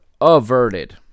averted